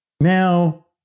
Now